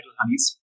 honeys